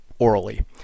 orally